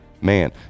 Man